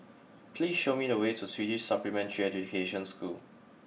please show me the way to Swedish Supplementary Education School